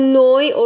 noi